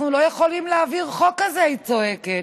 אנחנו לא יכולים להעביר חוק כזה, היא צועקת.